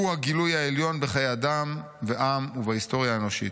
הוא 'הגילוי העליון בחיי אדם ועם ובהיסטוריה האנושית'.